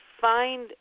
find